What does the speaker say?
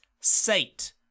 sate